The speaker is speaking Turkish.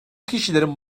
kişilerin